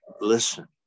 Listen